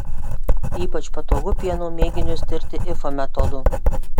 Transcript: ypač patogu pieno mėginius tirti ifa metodu